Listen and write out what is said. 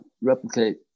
replicate